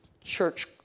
church